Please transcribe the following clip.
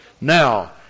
Now